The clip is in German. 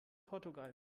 portugal